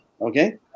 okay